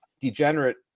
degenerate